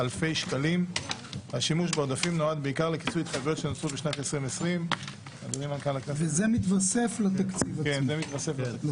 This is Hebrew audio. אישרנו את תקציב 2021. כעת נעבור לאישור תקציב 2022. מי בעד?